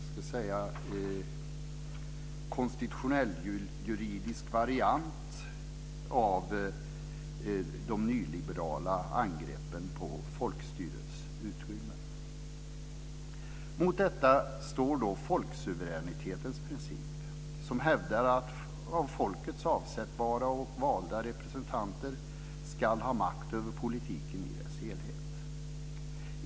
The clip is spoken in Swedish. Den är en mera konstitutionelljuridisk variant av de nyliberala angreppen på folkstyrets utrymme. Mot detta står folksuveränitetens princip, som hävdar att av folket avsättbara och valda representanter ska ha makt över politiken i dess helhet.